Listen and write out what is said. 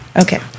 Okay